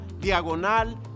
diagonal